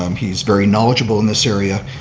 um he is very knowledgeable in this area,